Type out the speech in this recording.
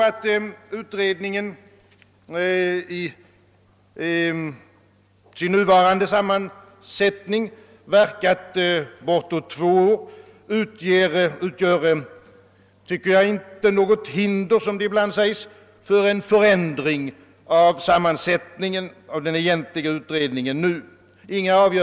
Att utredningen i sin nuvarande sammansättning verkat bortåt två år, utgör enligt min mening inte något hinder, som det ibland sägs, för en förändring av den egentliga utredningens sammansättning.